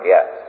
Yes